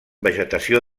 vegetació